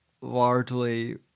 largely